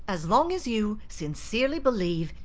as long as you sincerely believe,